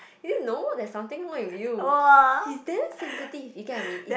you didn't know there's something wrong with you he's damn sensitive you get what I mean is